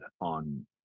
on